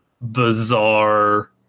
bizarre